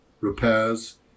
repairs